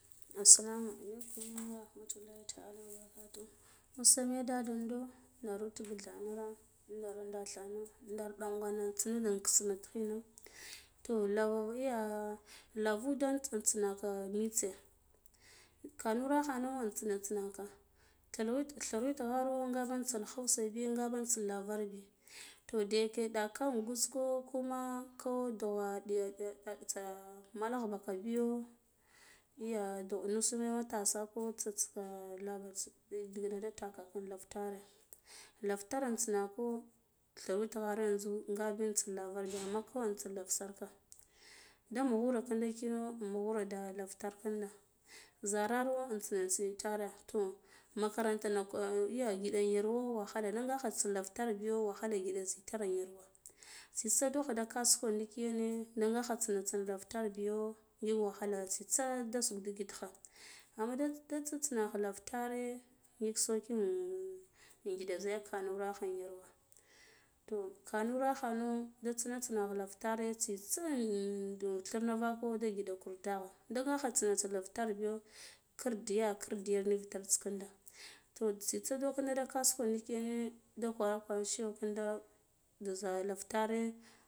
Assalamu alaikum warahmatullahi ta'ala wabarkatuhu usane ya dadudo ndargu tikdhene ndir ndathan ndar dan gwana in tsine inkiskino toh lavi iyah har kru udare intsin tsinaka mitse kaurikhana intsin tsinaka tal tharwitghar nga intsina hawa bi nga van tsina lavar bi toh dede nɗakan gwuzko kuma ko dughwa ɗiya ɗiy, makagh baka biyo yah dughno matsa ko tsatska lavar ndigna da taka kinda lava tare lav tare intainako thirwutgharo yanzu nzabi intsin lavara bi amma kabi, htsi lavata ka da mughuro kino kindo mughere da lavara tar na zararo intsi tsitare toh makaranta na iya giɗo yarwo wahala da ngakha intsina lavatar biyo wahalo ngiɗ zitar yar wa tsitsa dogha da kasuko ndikine nda ngakhn tsin tsine lavatare biyo ngik wahala tsitsa da suk digit kha amma da de tsin tsina ka lava tare ngik soki in giɗa ziya kanurakha in yarwa toh kanura khano da tsina tsina lava tare tsitsa in thirna vako da ngiɗe kur daghan ndaga kha tsina tsina lav tar biyo kirdiya kirdiya nuvitar tsi kinda toh tsitsa do kinda da kasuko ndi kere da kwara kwara cewa kinda da za ya lava tare.